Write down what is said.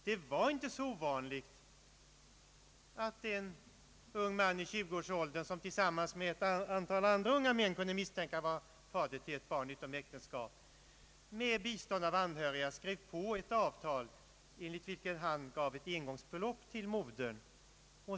Det var inte så ovanligt att en ung man i 20-årsåldern, som tillsammans med ett antal andra unga män kunde misstänkas vara fader till ett barn utom äktenskap, med bistånd av anhöriga skrev på ett avtal enligt vilket han gav ett engångsbelopp till modern.